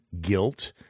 guilt